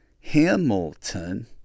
Hamilton